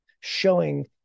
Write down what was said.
showing